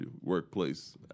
workplace